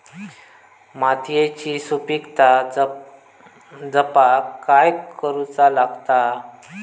मातीयेची सुपीकता जपाक काय करूचा लागता?